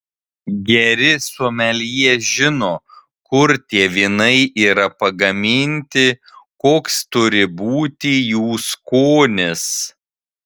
geri someljė žino kur tie vynai yra pagaminti koks turi būti jų skonis